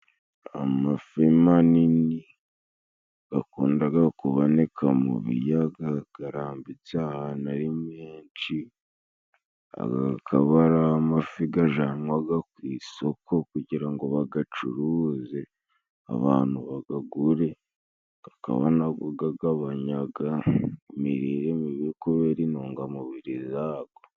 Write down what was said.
Amafi manini gakundaga kuboneka mu biyaga, garambitse ahantu ari menshi. Aga gakaba ari amafi gajanwaga ku isoko, kugira ngo bagacuruze abantu bagagure. Gakaba na go gagabanyaga imirire mibi kubera intungamubiri zago.